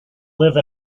live